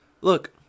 Look